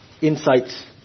insights